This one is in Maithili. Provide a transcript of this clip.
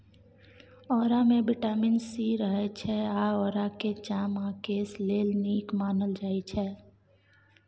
औरामे बिटामिन सी रहय छै आ औराकेँ चाम आ केस लेल नीक मानल जाइ छै